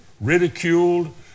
ridiculed